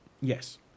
yes